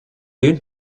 oyun